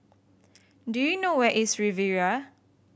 do you know where is Riviera